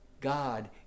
God